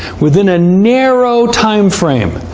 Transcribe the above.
within a narrow timeframe,